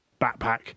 backpack